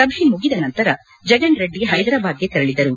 ಸಭೆ ಮುಗಿದ ನಂತರ ಜಗನ್ ರೆಡ್ಡಿ ಹೈದರಾಬಾದ್ಗೆ ತೆರಳಿದರು